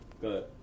Good